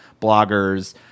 bloggers